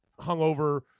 hungover